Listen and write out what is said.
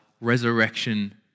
resurrection